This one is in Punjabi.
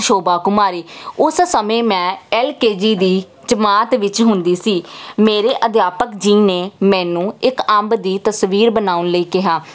ਸ਼ੋਭਾ ਕੁਮਾਰੀ ਉਸ ਸਮੇਂ ਮੈਂ ਐਲਕੇਜੀ ਦੀ ਜਮਾਤ ਵਿੱਚ ਹੁੰਦੀ ਸੀ ਮੇਰੇ ਅਧਿਆਪਕ ਜੀ ਨੇ ਮੈਨੂੰ ਇੱਕ ਅੰਬ ਦੀ ਤਸਵੀਰ ਬਣਾਉਣ ਲਈ ਕਿਹਾ